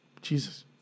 jesus